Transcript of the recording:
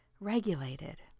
regulated